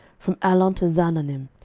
from allon to zaanannim,